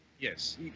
Yes